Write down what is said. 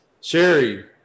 Sherry